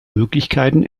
möglichkeiten